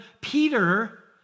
Peter